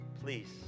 Please